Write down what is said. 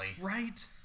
Right